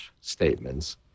statements